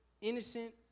innocent